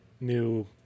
new